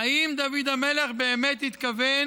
האם דוד המלך באמת התכוון